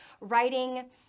writing